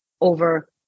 over